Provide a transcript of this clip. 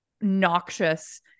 noxious